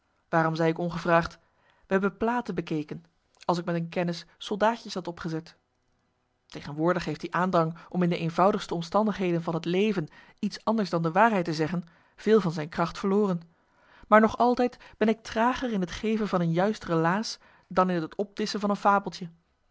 waarom zei ik ongevraagd we hebben platen bekeken als ik met een kennis soldaatjes had opgezet tegenwoordig heeft die aandrang om in de eenvoudigste omstandigheden van het leven iets anders dan de waarheid te zeggen marcellus emants een nagelaten bekentenis veel van zijn kracht verloren maar nog altijd ben ik trager in het geven van een juist relaas dan in het opdisschen van een fabeltje